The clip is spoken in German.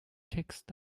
text